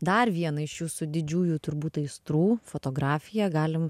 dar vieną iš jūsų didžiųjų turbūt aistrų fotografiją galim